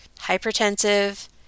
Hypertensive